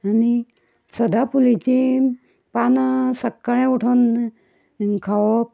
आनी सदाफुलीची पानां सक्काळी उठून खावप